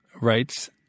writes